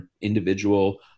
individual